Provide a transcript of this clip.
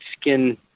skin